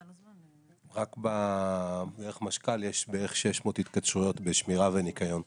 רק דרך משכ"ל יש בערך 600 התקשרויות בשמירה וניקיון.